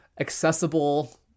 accessible